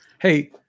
Hey